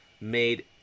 made